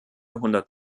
hundert